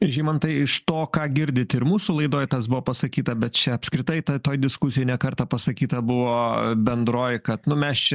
žymantai iš to ką girdit ir mūsų laidoj tas buvo pasakyta bet čia apskritai ta toj diskusijoj ne kartą pasakyta buvo bendroji kad nu mes čia